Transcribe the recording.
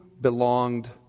belonged